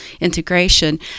integration